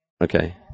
Okay